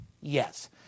Yes